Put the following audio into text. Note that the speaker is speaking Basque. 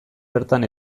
bertan